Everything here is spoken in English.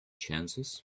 chances